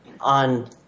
On